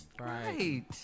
Right